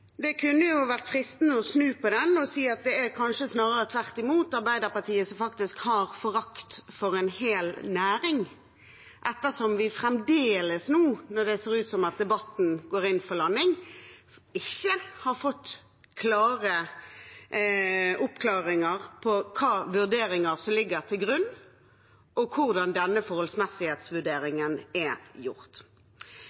Det kunne ha vært fristende å snu på det og si at det snarere tvert imot kanskje er Arbeiderpartiet som faktisk har forakt for en hel næring, ettersom vi fremdeles – nå når det ser ut som debatten går inn for landing – ikke har fått klare oppklaringer av hvilke vurderinger som ligger til grunn, og hvordan denne